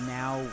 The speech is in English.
now